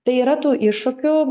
tai yra tų iššūkių